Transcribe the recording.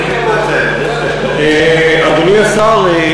אדוני השר,